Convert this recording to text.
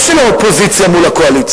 לא של האופוזיציה מול הקואליציה.